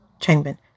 Changbin